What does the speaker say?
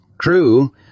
True